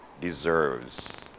deserves